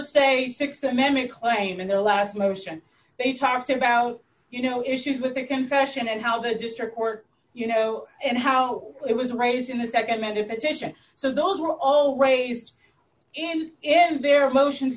se th amendment claim in their last motion they talked about you know issues with the confession and how the district court you know and how it was raised in the nd meditation so those were all raised in and their motions